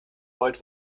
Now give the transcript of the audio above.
wollt